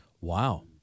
Wow